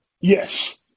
Yes